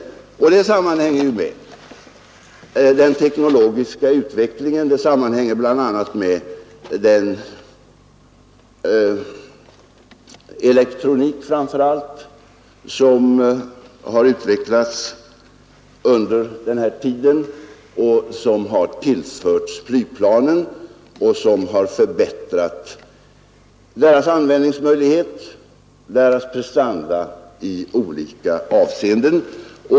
Fördyringen sammanhänger med den teknologiska utvecklingen och framför allt med den elektronik, som har utvecklats under den här tiden och som har tillförts flygplanen och förbättrat deras användningsmöjligheter och deras prestanda i olika avseenden.